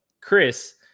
Chris